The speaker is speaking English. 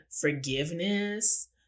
forgiveness